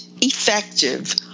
effective